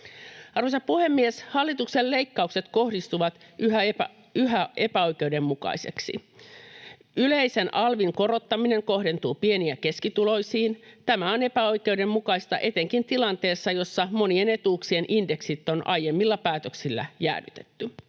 Arvoisa puhemies! Hallituksen leikkaukset kohdistuvat yhä epäoikeudenmukaisesti. Yleisen alvin korottaminen kohdentuu pieni- ja keskituloisiin. Tämä on epäoikeudenmukaista etenkin tilanteessa, jossa monien etuuksien indeksit on aiemmilla päätöksillä jäädytetty.